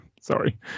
sorry